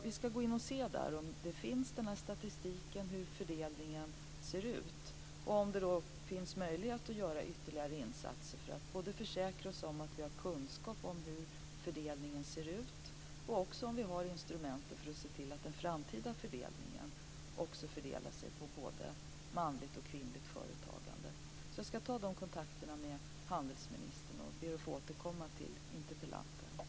Vi ska gå in där och titta om sådan här statistik finns och hur fördelningen i så fall ser ut och även se om det finns möjligheter att göra ytterligare insatser för att försäkra oss om kunskapen om hur fördelningen ser ut och om instrumenten för att se till att det i framtiden blir en fördelning på både manligt och kvinnligt företagande. Jag ska alltså ta kontakt med handelsministern och ber att senare få återkomma till interpellanten.